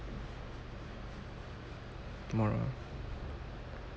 tomorrow